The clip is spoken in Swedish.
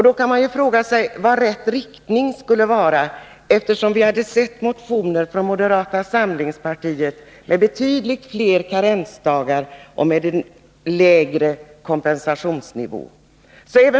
Då kan man ju fråga sig vad ”rätt riktning” skulle vara, eftersom vi hade sett motioner från moderata samlingspartiet med betydligt fler karensdagar och med en lägre kompensationsnivå.